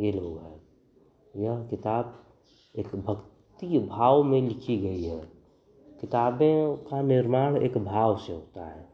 ये लोग हैं यह किताब एक भक्ति भाव में लिखी गई है किताबों का निर्माण एक भाव से होता है